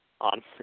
on